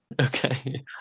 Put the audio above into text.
Okay